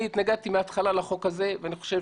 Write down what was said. אני מהתחלה התנגדתי לחוק הזה ואני חושב